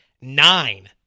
nine